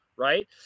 Right